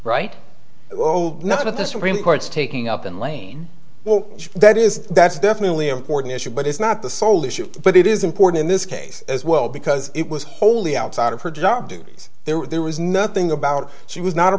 right oh not at the supreme court's taking up in lane well that is that's definitely important issue but it's not the sole issue but it is important in this case as well because it was wholly outside of her job duties there were there was nothing about she was not a